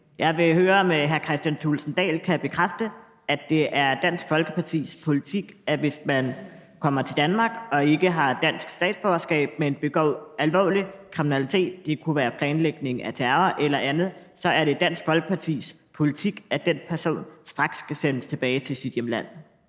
Jeg vil høre, om hr. Kristian Thulesen Dahl kan bekræfte, at det er Dansk Folkepartis politik, at man, hvis man kommer til Danmark og ikke har dansk statsborgerskab, men begår alvorlig kriminalitet – det kunne være planlægning af terror eller andet – straks skal sendes tilbage til sit hjemland.